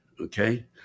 Okay